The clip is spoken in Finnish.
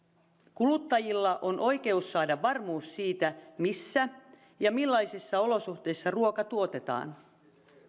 kuluttajilla on oikeus saada varmuus siitä missä ja millaisissa olosuhteissa ruoka tuotetaan